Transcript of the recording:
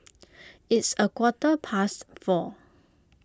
its a quarter past four